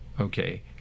Okay